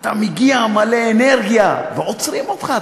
אתה מגיע מלא אנרגיה ועוצרים אותך,